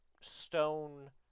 Stone